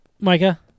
Micah